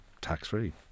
tax-free